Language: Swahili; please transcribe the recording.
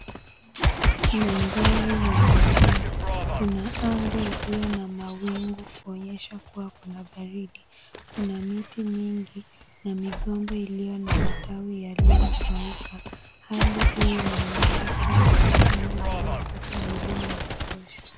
Maandhari ya milima, kuna anga iliyo na mawingu kuonyesha kuwa kuna baridi. Kuna miti mingi na migomba iliyo na matawi yaliyokauka. Hali hii inaonyesha kuwa ni sehemu inayopata mvua wa kutosha.